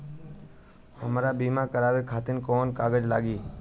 हमरा बीमा करावे खातिर कोवन कागज लागी?